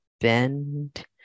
bend